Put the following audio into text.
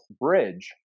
bridge